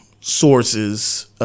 sources